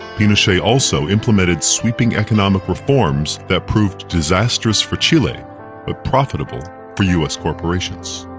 pinochet also implemented sweeping economic reforms that proved disastrous for chile but profitable for u s. corporations.